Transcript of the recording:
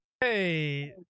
hey